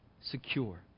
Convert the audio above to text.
secure